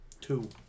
Two